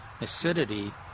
acidity